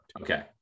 Okay